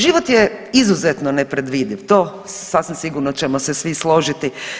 Život je izuzetno nepredvidiv, to sasvim sigurno ćemo se svi složiti.